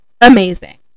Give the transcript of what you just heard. amazing